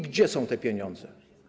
Gdzie są te pieniądze?